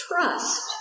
trust